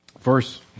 verse